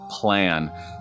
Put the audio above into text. plan